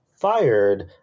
fired